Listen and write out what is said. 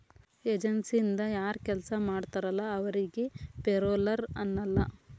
ಏಜನ್ಸಿಯಿಂದ ಯಾರ್ ಕೆಲ್ಸ ಮಾಡ್ತಾರಲ ಅವರಿಗಿ ಪೆರೋಲ್ಲರ್ ಅನ್ನಲ್ಲ